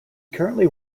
currently